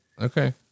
Okay